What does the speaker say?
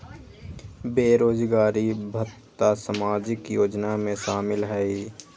बेरोजगारी भत्ता सामाजिक योजना में शामिल ह ई?